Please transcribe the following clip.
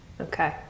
Okay